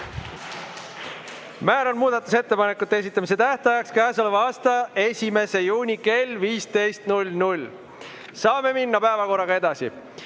Määran muudatusettepanekute esitamise tähtajaks käesoleva aasta 1. juuni kell 15. Saame minna päevakorraga edasi.